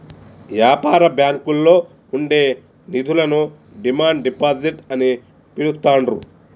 యాపార బ్యాంకుల్లో ఉండే నిధులను డిమాండ్ డిపాజిట్ అని పిలుత్తాండ్రు